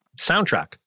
soundtrack